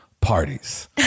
parties